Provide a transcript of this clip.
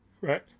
Right